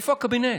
איפה הקבינט?